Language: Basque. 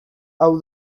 hau